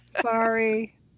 sorry